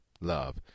love